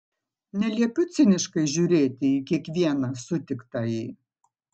neliepiu ciniškai žiūrėti į kiekvieną sutiktąjį